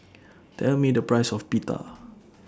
Tell Me The Price of Pita